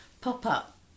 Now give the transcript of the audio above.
pop-up